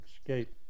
escape